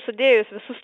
sudėjus visus